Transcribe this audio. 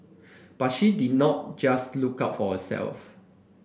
but she did not just look out for herself